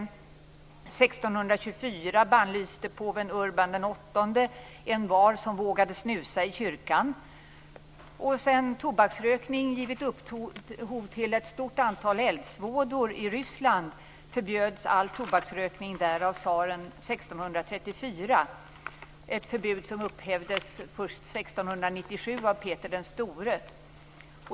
År 1624 bannlyste påven Urban VIII envar som vågade snusa i kyrkan. Sedan tobaksrökning givit upphov till ett stort antal eldsvådor i Ryssland förbjöds all tobaksrökning där av tsaren år 1634 - ett förbud som upphävdes först år 1697 av Peter den store.